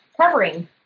covering